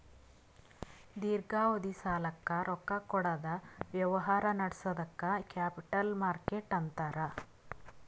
ದೀರ್ಘಾವಧಿ ಸಾಲಕ್ಕ್ ರೊಕ್ಕಾ ಕೊಡದ್ ವ್ಯವಹಾರ್ ನಡ್ಸದಕ್ಕ್ ಕ್ಯಾಪಿಟಲ್ ಮಾರ್ಕೆಟ್ ಅಂತಾರ್